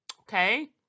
Okay